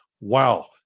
Wow